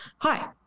Hi